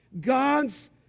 God's